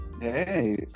Hey